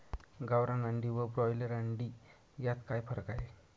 गावरान अंडी व ब्रॉयलर अंडी यात काय फरक आहे?